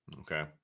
Okay